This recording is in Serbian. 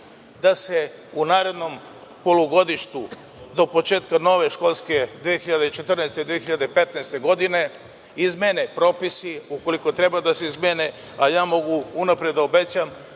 da se u narednom polugodištu, do početka nove školske 2014/2015. godine, izmene propisi, ukoliko treba da se izmene? Ja mogu unapred da obećam